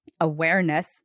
awareness